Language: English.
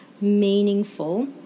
meaningful